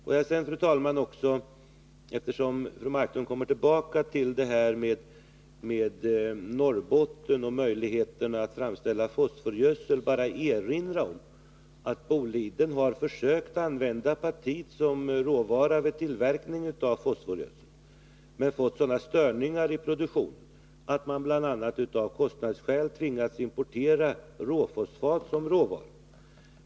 Får jag sedan, fru talman, eftersom fru Marklund kommer tillbaka till frågan om Norrbottens möjligheter att framställa fosforgödsel, bara erinra om att Boliden har försökt använda apatit som råvara vid tillverkning av fosforgödsel men fått sådana störningar i produktionen att man bl.a. av kostnadsskäl tvingats importera råfosfat som råvara.